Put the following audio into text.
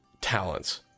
talents